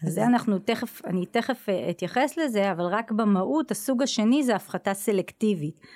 זה אנחנו תכף אני תכף אתייחס לזה אבל רק במהות הסוג השני זה הפחתה סלקטיבית